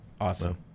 Awesome